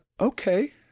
okay